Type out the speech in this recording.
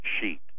sheet